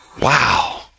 Wow